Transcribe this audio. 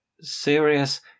serious